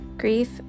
Grief